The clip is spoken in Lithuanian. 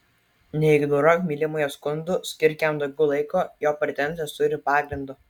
neignoruok mylimojo skundų skirk jam daugiau laiko jo pretenzijos turi pagrindo